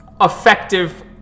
effective